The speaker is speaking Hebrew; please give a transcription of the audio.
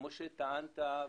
כמו שטענת,